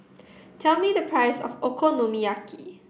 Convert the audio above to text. tell me the price of Okonomiyaki